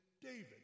david